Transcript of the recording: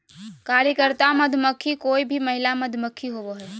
कार्यकर्ता मधुमक्खी कोय भी महिला मधुमक्खी होबो हइ